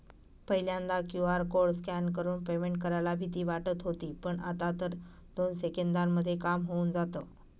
पहिल्यांदा QR code scan करून payment करायला भीती वाटत होती पण, आता तर दोन सेकंदांमध्ये काम होऊन जातं